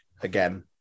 again